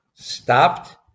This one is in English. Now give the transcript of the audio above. Stopped